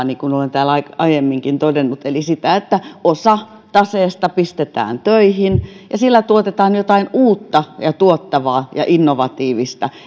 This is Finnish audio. niin kuin olen täällä aiemminkin todennut eli sitä että osa taseesta pistetään töihin ja sillä tuotetaan jotain uutta ja tuottavaa ja innovatiivista